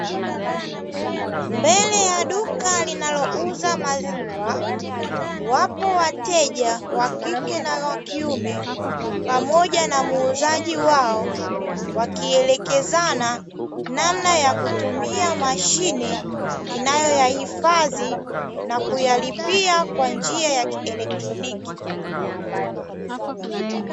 Mbele ya duka linalouza maziwa wapo wateja wa kike na wa kiume, pamoja na muuzaji wao wakielekezana namna ya kutumia mashine, inayoyahifadhi na kuyalipia kwa njia ya kielektroniki.